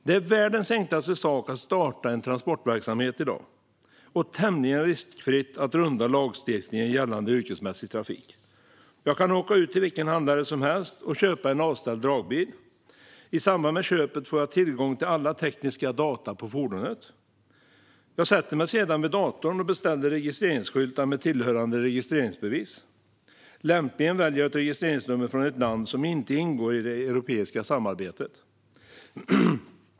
Det är världens enklaste sak att starta en transportverksamhet i dag och tämligen riskfritt att runda lagstiftningen gällande yrkesmässig trafik. Jag kan åka ut till vilken handlare som helst och köpa en avställd dragbil. I samband med köpet får jag tillgång till alla tekniska data på fordonet. Jag sätter mig sedan vid datorn och beställer registreringsskyltar med tillhörande registreringsbevis. Lämpligen väljer jag ett registreringsnummer från ett land som inte ingår i det europeiska samarbetet.